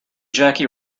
jackie